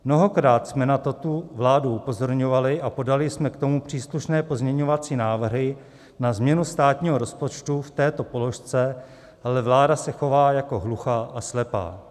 Mnohokrát jsme na toto vládu upozorňovali a podali jsme k tomu příslušné pozměňovací návrhy na změnu státního rozpočtu v této položce, ale vláda se chová jako hluchá a slepá.